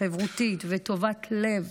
חברותית וטובת לב,